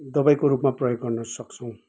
दबाईको रूपमा प्रयोग गर्नसक्छौँ